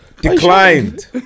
Declined